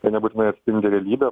tai nebūtinai atspindi realybę